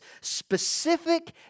specific